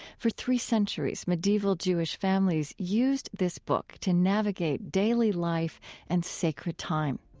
for three centuries, medieval jewish families used this book to navigate daily life and sacred time.